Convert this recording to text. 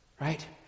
right